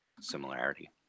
similarity